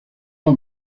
los